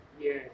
Yes